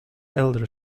elder